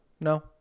No